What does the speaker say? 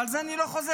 ועל זה אני לא חוזר,